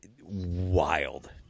wild